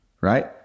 right